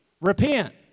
Repent